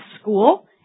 school